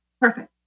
perfect